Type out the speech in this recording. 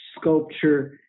sculpture